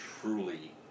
truly